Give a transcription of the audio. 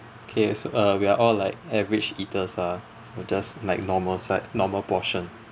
okay so uh we are all like average eaters ah so just like normal set normal portion